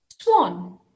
Swan